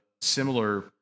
similar